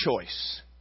choice